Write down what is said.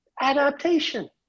adaptation